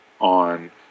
on